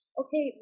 okay